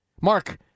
Mark